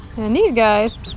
and these guys,